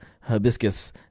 hibiscus